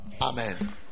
Amen